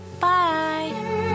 Bye